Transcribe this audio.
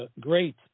great